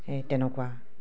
সেই তেনেকুৱা